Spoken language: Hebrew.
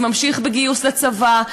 זה ממשיך בגיוס לצבא,